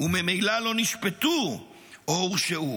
וממילא לא נשפטו או הורשעו.